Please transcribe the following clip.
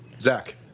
Zach